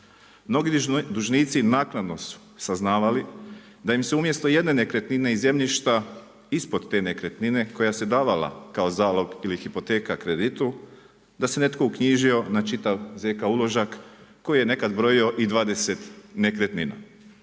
Mnogi dužnici naknado su saznavali da im se umjesto jedne nekretnine i zemljišta ispod te nekretnine koja se davala kao zalog ili hipoteka kreditu, da se netko uknjižio na čitav zk uložak koji je nekad brojio i 20 nekretnina.